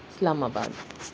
اسلام آباد